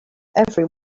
every